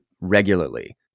regularly